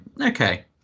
okay